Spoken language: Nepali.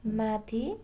माथि